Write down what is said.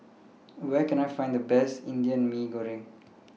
Where Can I Find The Best Indian Mee Goreng